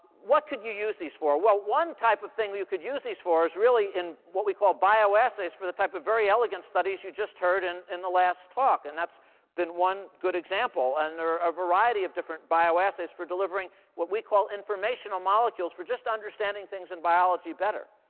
what could you use these for? well, one type of thing you could use these for is really in what we call bioassays for the type of very elegant studies you just heard in in the last talk. and that's been one good example. and there are a variety of different bioassays for delivering what we call informational molecules for just understanding things in biology better.